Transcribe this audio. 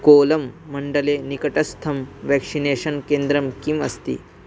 कोलं मण्डले निकटस्थं व्याक्षिनेषन् केन्द्रं किम् अस्ति